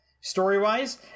story-wise